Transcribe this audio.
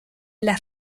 las